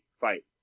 fight